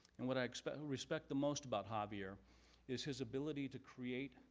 and what i respect respect the most about javier is his ability to create,